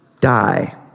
die